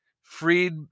freed